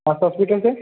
आप हॉस्पिटल से